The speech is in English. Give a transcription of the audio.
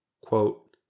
Quote